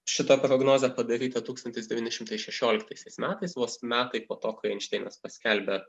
šita prognozė padaryta tūkstantis devyni šimtai šešioliktaisiais metais vos metai po to kai einšteinas paskelbė